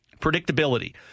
Predictability